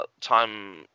time